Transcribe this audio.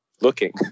looking